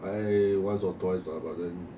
I once or twice lah but then